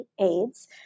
AIDS